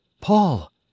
Paul